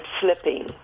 slipping